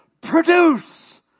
produce